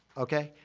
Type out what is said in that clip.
okay?